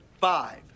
five